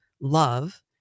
love